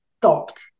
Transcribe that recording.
stopped